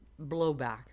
blowback